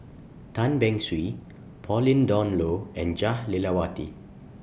Tan Beng Swee Pauline Dawn Loh and Jah Lelawati